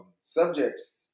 subjects